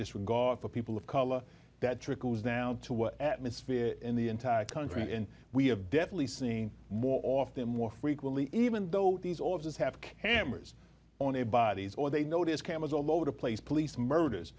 disregard for people of color that trickles down to what atmosphere in the entire country and we have definitely seen more often more frequently even though these offices have cameras on a bodies or they notice cameras all over the place police murders